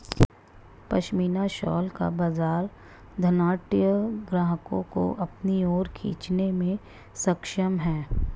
pashmina shawl का बाजार धनाढ्य ग्राहकों को अपनी ओर खींचने में सक्षम है